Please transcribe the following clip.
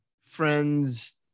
friends